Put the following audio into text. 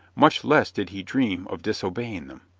much less did he dream of disobeying them.